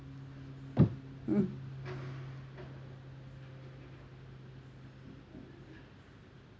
mm